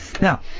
Now